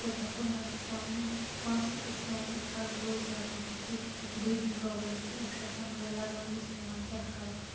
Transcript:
کوٚد کُنہِ حَدَس تام ماسٕک ٲس پٮ۪وان اَسہِ ہر روز لَگاوٕنۍ ییٚمہِ سۭتۍ برٛیٖتھِنٛگ پرٛابلِمٕز تہِ ٲسۍ گژھان مگر لگاوٕنۍ ٲسۍ پٮ۪وان کیٛاہ کَرو